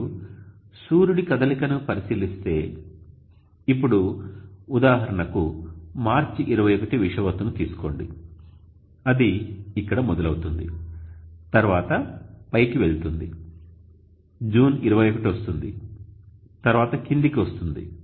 మీరు సూర్యుడి కదలికను పరిశీలిస్తే ఇప్పుడు ఉదాహరణకు మార్చి 21 విషువత్తును తీసుకోండి అది ఇక్కడ మొదలవుతుంది తర్వాత పైకి వెళుతుంది జూన్ 21 వస్తుంది తర్వాత కిందికి వస్తుంది